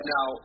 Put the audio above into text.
Now